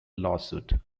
lawsuit